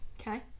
okay